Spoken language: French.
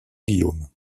guillaume